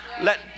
Let